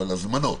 אבל הזמנות